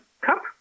cup